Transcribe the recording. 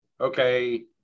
okay